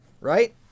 right